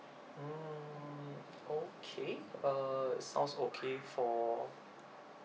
mm okay uh sounds okay for